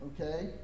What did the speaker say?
Okay